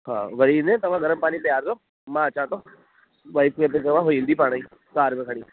हा वरी तव्हां गरम पानी पीआरींदव मां अचां थो वाइफ खे चवां थो हू ईंदी पाण ई कार में खणी